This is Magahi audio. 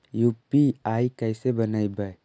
यु.पी.आई कैसे बनइबै?